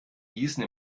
gießen